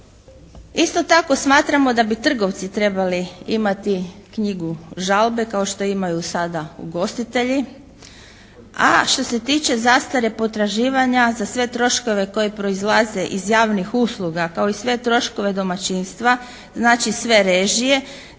Isto tako, smatramo da bi trgovci trebali imati knjigu žalbe kao što imaju sada ugostitelji. A što se tiče zastare potraživanja za sve troškove koji proizlaze iz javnih usluga kao i sve troškove domaćinstva, znači sve režije